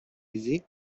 aisée